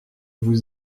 vous